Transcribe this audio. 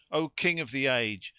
o king of the age,